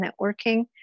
networking